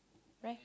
right